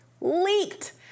Leaked